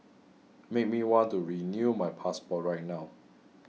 make me want to renew my passport right now